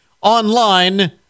online